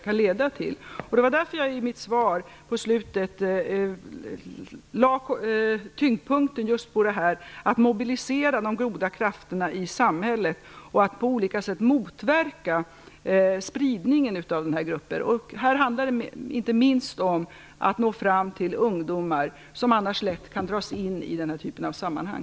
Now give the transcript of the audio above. Det var därför som jag i slutet av mitt svar lade tyngdpunkten just på detta att vi skall mobilisera de goda krafterna i samhället och på olika sätt motverka spridningen av sådana här grupper. Det handlar inte minst om att nå fram till ungdomar som annars lätt kan dras in i den typen av sammanhang.